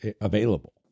Available